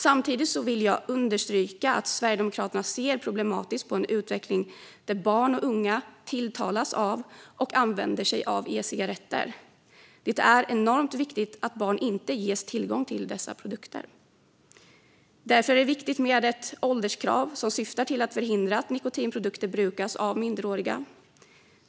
Samtidigt vill jag understryka att Sverigedemokraterna ser att det är problematiskt med en utveckling där barn och unga tilltalas av och använder sig av e-cigaretter. Det är enormt viktigt att barn inte ges tillgång till dessa produkter. Därför är det viktigt med ett ålderskrav som syftar till att förhindra att nikotinprodukter brukas av minderåriga.